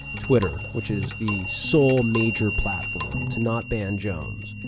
twitter, which is the sole major platform to not ban jones,